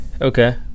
Okay